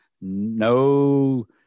no